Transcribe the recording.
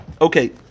Okay